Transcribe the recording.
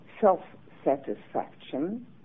self-satisfaction